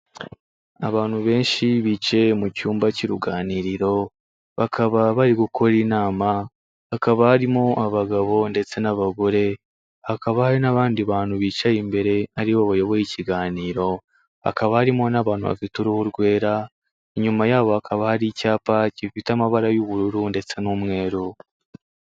Abantu benshi bicaye mu cyumba cy'uruganiriro, bakaba bari gukora inama, hakaba harimo abagabo ndetse n'abagore, hakaba hari n'abandi bantu bicaye imbere aribo bayoboye ikiganiro, hakaba harimo n'abantu bafite uruhu rwera, inyuma yabo hakaba hari icyapa gifite amabara y'ubururu ndetse n'umweru.